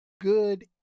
good